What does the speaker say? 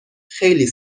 خیلی